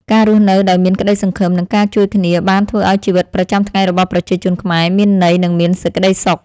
ការរស់នៅដោយមានក្តីសង្ឃឹម និងការជួយគ្នាបានធ្វើឱ្យជីវិតប្រចាំថ្ងៃរបស់ប្រជាជនខ្មែរមានន័យនិងមានសេចក្ដីសុខ។